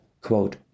quote